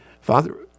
Father